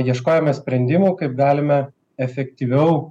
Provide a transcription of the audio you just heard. ieškojome sprendimų kaip galime efektyviau